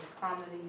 comedy